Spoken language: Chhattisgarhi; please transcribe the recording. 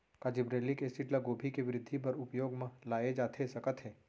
का जिब्रेल्लिक एसिड ल गोभी के वृद्धि बर उपयोग म लाये जाथे सकत हे?